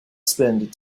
spend